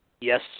Yes